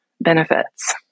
benefits